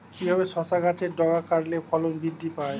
কিভাবে শসা গাছের ডগা কাটলে ফলন বৃদ্ধি পায়?